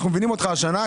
אנחנו מבינים אותך השנה,